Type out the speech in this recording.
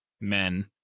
men